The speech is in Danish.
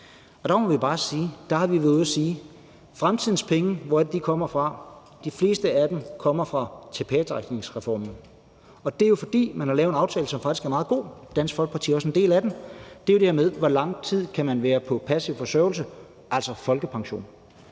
penge fra? De fleste af dem kommer fra tilbagetrækningsreformen, og det er jo, fordi man har lavet en aftale, som faktisk er meget god, og Dansk Folkeparti er også en del af den. Det handler jo om, hvor lang tid man kan være på passiv forsørgelse, altså folkepension,